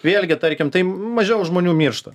vėlgi tarkim tai mažiau žmonių miršta